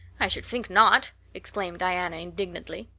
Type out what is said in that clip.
i should think not, exclaimed diana indignantly.